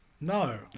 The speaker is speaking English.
No